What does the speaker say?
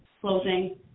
closing